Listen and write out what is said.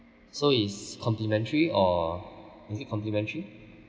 so it's complimentary or is it complimentary